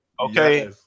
Okay